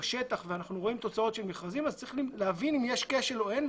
בשטח ואנחנו רואים תוצאות של מכרזים אז צריך להבין אם יש כשל או לא.